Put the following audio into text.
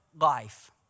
life